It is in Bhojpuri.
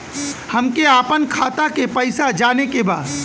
हमके आपन खाता के पैसा जाने के बा